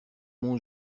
mon